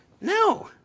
No